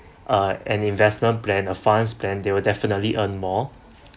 uh an investment plan a fund's plan they will definitely earn more